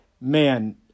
man